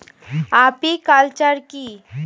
Apiculture কি?